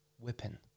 weapon